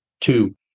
Two